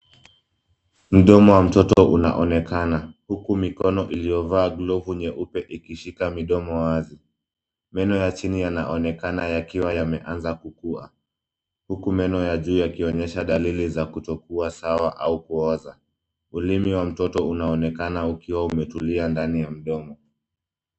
Mdomo wa mtoto unaonekana huku mikono iliyovaa glovu nyeupe ikishika midomo wake. Meno ya chini yanaonekana yakiwa yameanza kukua huku meno ya juu yakionyesha dalili ya kutokua sawa au kuoza. Ulimi wa mtoto unaonekana ukiwa umetulia ndani ya mdomo.